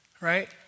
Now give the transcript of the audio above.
right